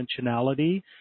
dimensionality